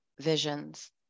visions